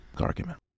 argument